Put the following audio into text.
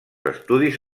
estudis